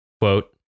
quote